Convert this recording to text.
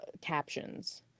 captions